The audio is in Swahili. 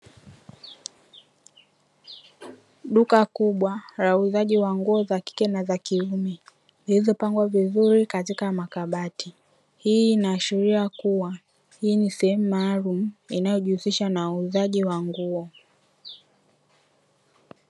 Duka kubwa la uuzaji wa nguo za kike na za kiume, zilizopangwa vizuri katika makabati hii inaashiria kuwa hii ni sehemu maalumu inayojihusisha na uuzaji wa nguo.